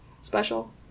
special